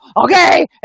okay